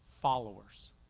followers